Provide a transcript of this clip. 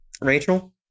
Rachel